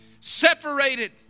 Separated